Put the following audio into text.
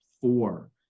four